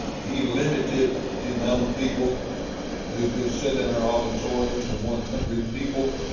he limited the amount of people who could sit in our auditorium to one hundred people.